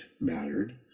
mattered